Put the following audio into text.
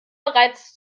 bereits